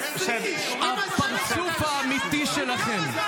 --- הפרצוף האמיתי שלכם,